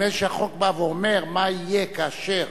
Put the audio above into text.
נדמה לי שהחוק בא ואומר מה יהיה כאשר,